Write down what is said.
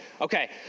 Okay